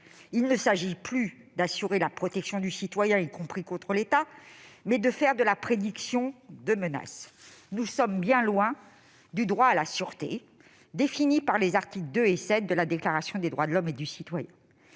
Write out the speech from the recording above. Il ne s'agit plus d'assurer la protection du citoyen, y compris contre l'État, mais de faire de la prédiction de menaces. Nous sommes bien loin du droit à la sûreté, défini par les articles II et VII de la Déclaration des droits de l'homme et du citoyen.